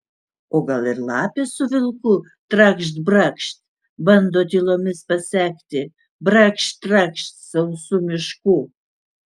o gal ir lapė su vilku trakšt brakšt bando tylomis pasekti brakšt trakšt sausu mišku